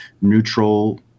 neutral